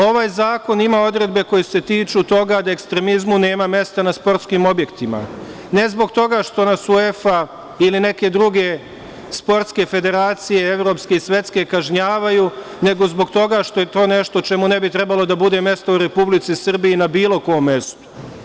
Ovaj zakon ima odredbe koje se tiču toga da ekstremizmu nema mesta na sportskim objektima ne zbog toga što nas UEFA ili neke druge sportske federacije, evropske i svetske, kažnjavaju, nego zbog toga što je to nešto o čemu ne bi trebalo da bude mesto u Republici Srbiji na bilo kom mestu.